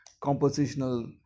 compositional